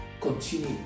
continue